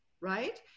right